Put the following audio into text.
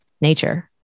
nature